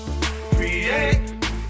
Create